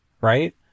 right